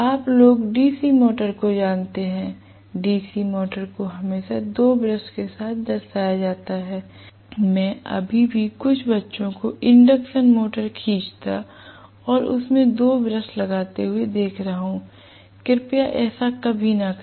आप लोग DC motor को जानते हैं DC मोटर को हमेशा दो ब्रश के साथ दर्शाया जाता है मैं अभी भी कुछ बच्चों को इंडक्शन मोटर खींचता और उसमें दो ब्रश लगाते हुए देख रहा हूं कृपया ऐसा कभी न करें